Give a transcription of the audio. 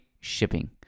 shipping